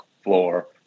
floor